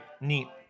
neat